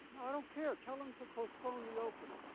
i don't care. tell him to postpone the opening.